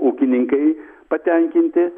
ūkininkai patenkinti